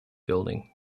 building